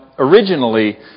Originally